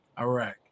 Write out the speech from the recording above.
Iraq